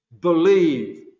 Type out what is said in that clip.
believe